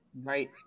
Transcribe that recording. Right